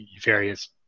various